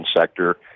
sector